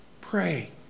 pray